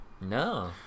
No